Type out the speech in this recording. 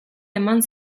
eman